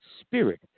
spirit